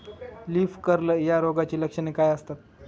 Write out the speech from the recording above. Leaf curl या रोगाची लक्षणे काय असतात?